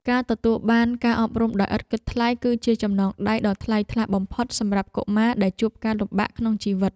ការទទួលបានការអប់រំដោយឥតគិតថ្លៃគឺជាចំណងដៃដ៏ថ្លៃថ្លាបំផុតសម្រាប់កុមារដែលជួបការលំបាកក្នុងជីវិត។